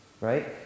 Right